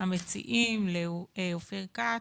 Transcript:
המציעים לאופיר כץ,